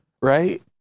right